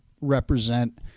represent